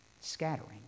scattering